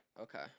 Okay